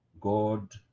God